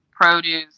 produce